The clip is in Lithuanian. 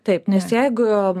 taip nes jeigu